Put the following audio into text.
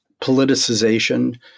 politicization